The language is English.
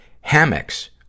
hammocks